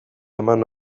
eman